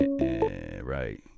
Right